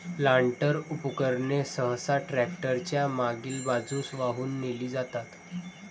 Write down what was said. planter उपकरणे सहसा tractor च्या मागील बाजूस वाहून नेली जातात